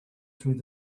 through